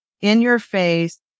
in-your-face